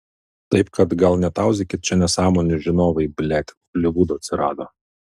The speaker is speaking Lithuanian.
taip kad gal netauzykit čia nesąmonių žinovai blet holivudo atsirado